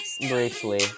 briefly